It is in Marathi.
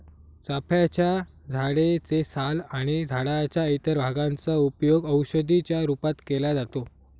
चाफ्याच्या झाडे चे साल आणि झाडाच्या इतर भागांचा उपयोग औषधी च्या रूपात केला जातो